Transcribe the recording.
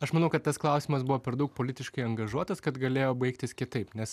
aš manau kad tas klausimas buvo per daug politiškai angažuotas kad galėjo baigtis kitaip nes